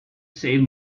save